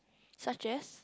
such as